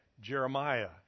Jeremiah